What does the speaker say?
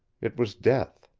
it was death.